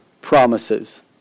promises